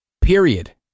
Period